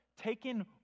taken